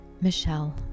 Michelle